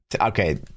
Okay